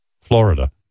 Florida